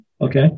Okay